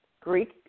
Greek